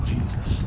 Jesus